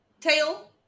tail